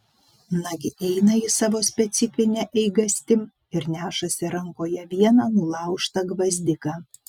nagi eina jis savo specifine eigastim ir nešasi rankoje vieną nulaužtą gvazdiką